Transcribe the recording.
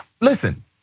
listen